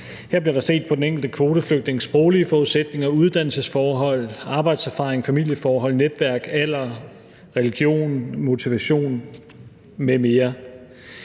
Her bliver der set på den enkelte kvoteflygtnings sproglige forudsætninger, uddannelsesforhold, arbejdserfaring, familieforhold, netværk, alder, religion, motivation m.m.